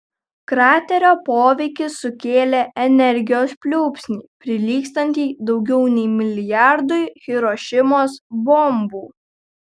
kraterio poveikis sukėlė energijos pliūpsnį prilygstantį daugiau nei milijardui hirošimos bombų